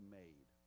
made